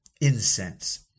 incense